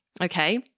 okay